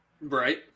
Right